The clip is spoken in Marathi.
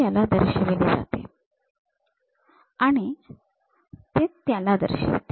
हे याला दर्शविते आणि ते त्याला दर्शविते